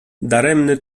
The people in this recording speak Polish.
daremny